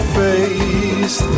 face